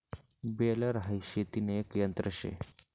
baler हाई शेतीन एक यंत्र शे